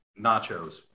nachos